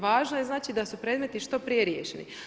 Važno je znači da su predmeti što prije riješeni.